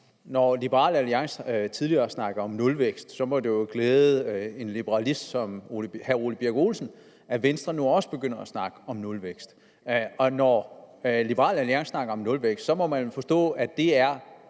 Når Liberal Alliance tidligere har snakket om nulvækst, så må det jo glæde en liberalist som hr. Ole Birk Olesen, at Venstre nu også begynder at snakke om nulvækst. Og når Liberal Alliance snakker om nulvækst, så må man jo forstå, at det er